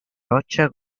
roccia